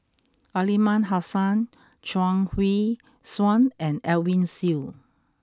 Aliman Hassan Chuang Hui Tsuan and Edwin Siew